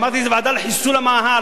שמעתי שזו ועדה לחיסול המאהל,